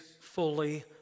fully